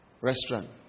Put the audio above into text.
restaurant